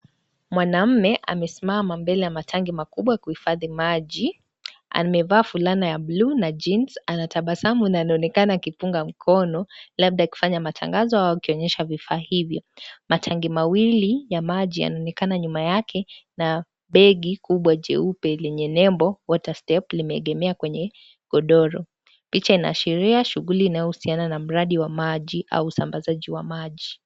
Mwanamume, amesimama mbele ya matangi makubwa kuhifadhi maji. Ameva fulana ya bluu na jeans . Anatabasamu na anaonekana akipunga mkono, labda kufanya matangazo au akionyesha vifaa hivyo. Matangi mawili ya maji yanaonekana nyuma yake na begi kubwa jeupe lenye nembo water step , limeegemea kwenye godoro. Picha inaashiria shughuli inayohusiana na mradi wa maji au usambazaji wa maji.